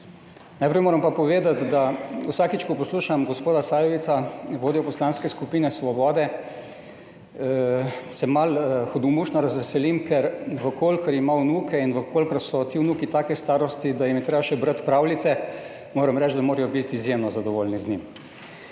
Najprej moram pa povedati, da vsakič, ko poslušam gospoda Sajovica, vodjo Poslanske skupine Svobode, se malo hudomušno razveselim, ker v kolikor ima vnuke in v kolikor so ti vnuki take starosti, da jim je treba še brati pravljice, moram reči, da morajo biti izjemno zadovoljni z njim.